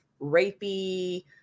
rapey